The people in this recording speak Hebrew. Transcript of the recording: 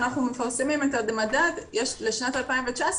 אנחנו מפרסמים את המדד לשנת 2019,